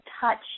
touch